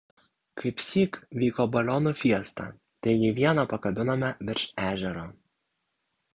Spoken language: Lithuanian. kaipsyk vyko balionų fiesta taigi vieną pakabinome virš ežero